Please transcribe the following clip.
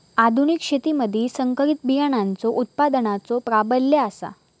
आधुनिक शेतीमधि संकरित बियाणांचो उत्पादनाचो प्राबल्य आसा